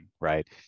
right